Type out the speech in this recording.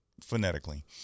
Phonetically